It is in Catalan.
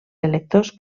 electors